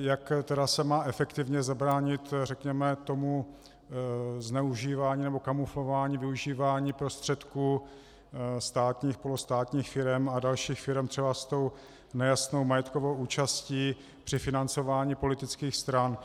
jak se má efektivně zabránit tomu zneužívání nebo kamuflování využívání prostředků státních, polostátních firem a dalších firem třeba s tou nejasnou majetkovou účastí při financování politických stran.